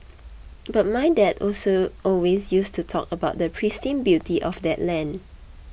but my dad also always used to talk about the pristine beauty of that land